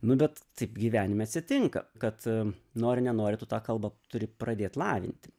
nu bet taip gyvenime atsitinka kad nori nenori tu tą kalbą turi pradėt lavinti